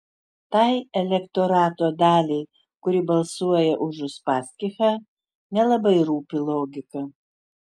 tai elektorato daliai kuri balsuoja už uspaskichą nelabai rūpi logika